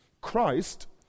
Christ